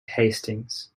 hastings